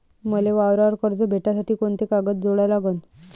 मले वावरावर कर्ज भेटासाठी कोंते कागद जोडा लागन?